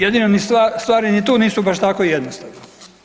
Jedino stvari ni tu nisu baš tako jednostavne.